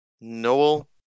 Noel